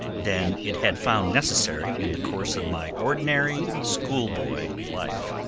than it had found necessary in the course of my ordinary school-boy life.